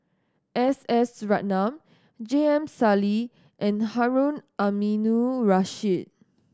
S S Ratnam J M Sali and Harun Aminurrashid